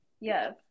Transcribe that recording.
Yes